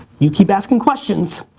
you keep asking questions,